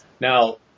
Now